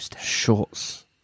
Shorts